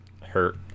hurt